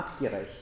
artgerecht